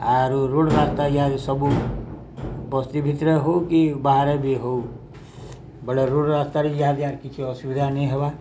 ଆରୁ ରୋଡ଼ ରାସ୍ତା ସବୁ ବସ୍ତି ଭିତରେ ହଉ କି ବାହାରେ ବି ହଉ ବଲେ ରୋଡ଼ ରାସ୍ତାରେ ଇହାଦିଆ କିଛି ଅସୁବିଧା ନେଇଁ ହେବାର୍